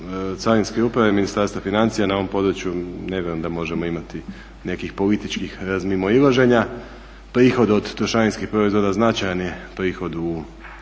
carinske uprave Ministarstva financija. Na ovom području ne znam da možemo imati nekih političkih razmimoilaženja. Prihod od trošarinskih proizvoda značajan je prihod u